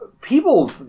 people